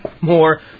more